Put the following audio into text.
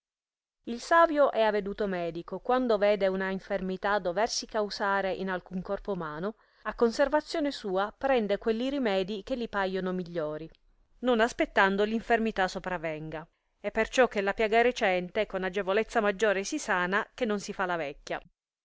il savio e aveduto medico quando vede una infermità doversi causare in alcun corpo umano a conservazione sua prende quelli rimedii che li paiono migliori non aspettando l infermità sopravenga e perciò che la piaga recente con agevolezza maggiore si sana che non si fa la vecchia